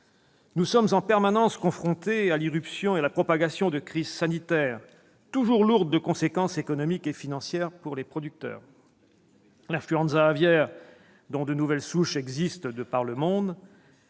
Nous sommes en permanence confrontés à l'irruption et la propagation de crises sanitaires toujours lourdes de conséquences économiques et financières pour les producteurs. Ni l'influenza aviaire, dont de nouvelles souches existent de par le monde,